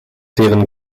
deren